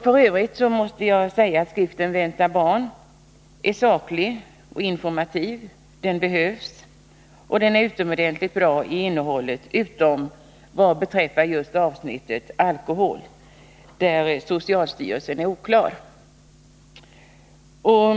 F. ö. måste jag säga att skriften Vänta barn är saklig och informativ, och den behövs. Den är också utomordentligt bra i innehållet, utom vad beträffar just avsnittet Alkohol, där socialstyrelsen är oklar.